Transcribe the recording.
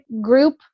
group